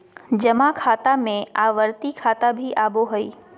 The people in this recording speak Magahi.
जमा खाता में आवर्ती खाता भी आबो हइ